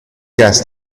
gas